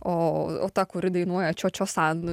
o o ta kuri dainuoja čiočio san